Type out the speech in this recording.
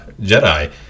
Jedi